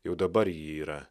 jau dabar ji yra